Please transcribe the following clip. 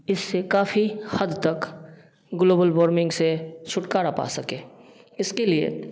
इससे काफ़ी हद तक ग्लोबल वार्मिंग से छुटकारा पा सकें इसके लिए